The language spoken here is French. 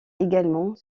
également